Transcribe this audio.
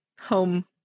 home